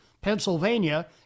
Pennsylvania